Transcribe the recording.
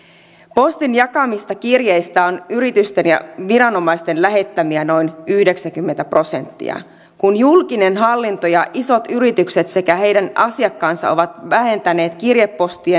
postin jakamista kirjeistä on yritysten ja viranomaisten lähettämiä noin yhdeksänkymmentä prosenttia kun julkinen hallinto ja isot yritykset sekä heidän asiakkaansa ovat vähentäneet kirjepostia